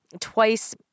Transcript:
twice